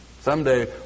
Someday